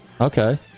Okay